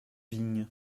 vignes